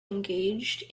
engaged